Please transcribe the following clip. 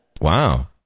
Wow